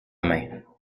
main